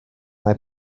mae